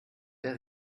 wer